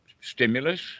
stimulus